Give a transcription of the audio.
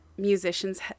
musicians